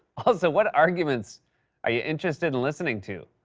also, what arguments are you interested in listening to?